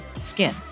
skin